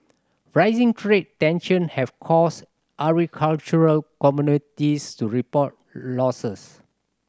rising trade tension have caused agricultural commodities to report losses